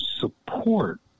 support